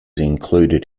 included